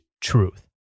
truth